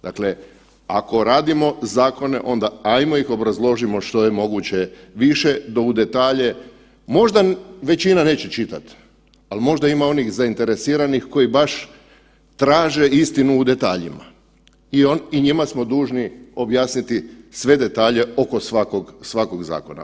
Dakle, ako radimo zakone onda ajmo ih obrazložimo što je moguće više do u detalje, možda većina neće čitat, al možda ima onih zainteresiranih koji baš traže istinu u detaljima i njima smo dužni objasniti sve detalje oko svakog, svakog zakona.